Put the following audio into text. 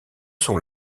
sont